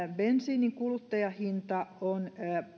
bensiinin kuluttajahinta on